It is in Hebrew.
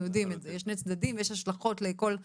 יודעים את זה שיש שני צדדים ויש השלכות לכל דבר.